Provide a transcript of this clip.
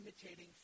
imitating